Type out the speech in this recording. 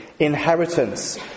inheritance